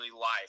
life